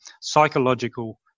psychological